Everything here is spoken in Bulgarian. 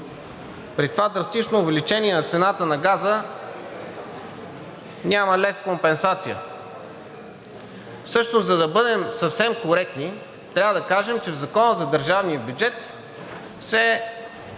При това драстично увеличение на цената на газа няма лев компенсация. Всъщност, за да бъдем съвсем коректни, трябва да кажем, че в Закона за държавния бюджет се